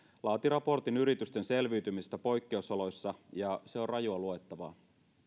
laati raportin yritysten selviytymisestä poikkeusoloissa ja se on rajua luettavaa